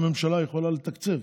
הממשלה יכולה לתקצב,